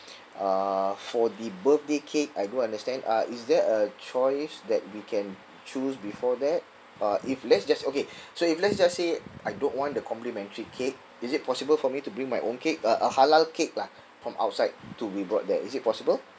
uh for the birthday cake I do understand uh is there a choice that we can choose before that uh if let's just okay so if let's just say I don't want the complimentary cake is it possible for me to bring my own cake uh a halal cake lah from outside to be brought there is it possible